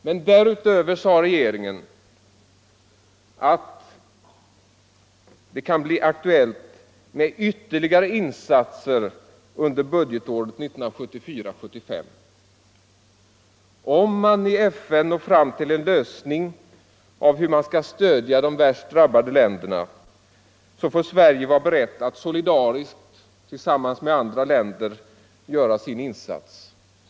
Men därutöver sade regeringen att det kan bli aktuellt med ytterligare insatser under budgetåret 1974/75. Om man i FN når fram till en lösning av frågan hur man skall stödja de värst drabbade länderna, så får Sverige vara berett att solidariskt tillsammans med andra länder göra sin insats.